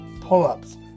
pull-ups